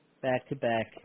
back-to-back